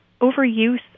overuse